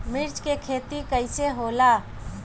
मिर्च के खेती कईसे होला?